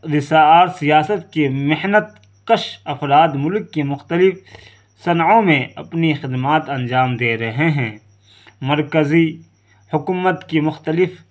اور سیاست کے محنت کش افراد ملک کے مختلف صنعوں میں اپنی خدمات انجام دے رہے ہیں مرکزی حکومت کی مختلف